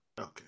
Okay